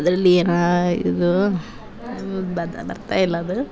ಇದ್ರಲ್ಲಿ ಏನು ಇದು ಬರ್ತಾಯಿಲ್ಲ ಅದು